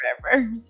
Forever